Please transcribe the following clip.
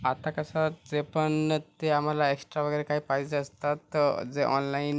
आता कसं जे पण ते आम्हाला एक्स्ट्रा वगैरे काही पाहिजे असतात तर जे ऑनलाईन